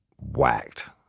whacked